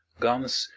guns,